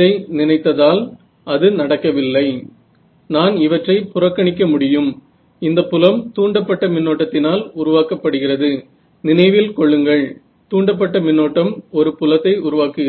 कापुन काढतील बरोबर आहे